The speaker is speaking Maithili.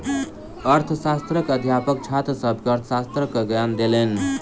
अर्थशास्त्रक अध्यापक छात्र सभ के अर्थशास्त्रक ज्ञान देलैन